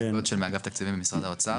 יגאל גוטשל מאגף תקציבים במשרד האוצר.